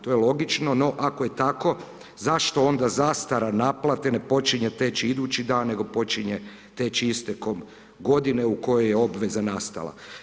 To je logično, no ako je tako zašto onda zastara naplate ne počinje teći idući dan, nego počinje teći istekom godine u kojoj je obveza nastala.